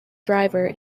driver